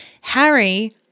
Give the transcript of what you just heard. Harry